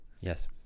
yes